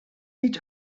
each